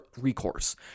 recourse